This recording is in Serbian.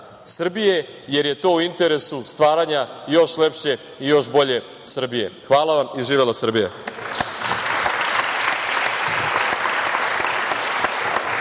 jer je to u interesu stvaranja još lepše i još bolje Srbije. Hvala vam i živela Srbija!